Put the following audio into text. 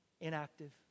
inactive